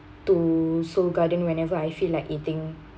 to Seoul Garden whenever I feel like eating